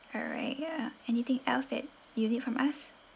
alright ya anything else that you need from us